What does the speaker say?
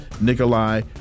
Nikolai